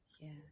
Yes